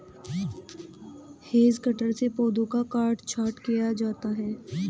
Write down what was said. hedge cutter से पौधों का काट छांट किया जाता है